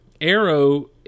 Arrow